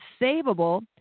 savable